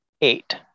eight